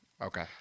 Okay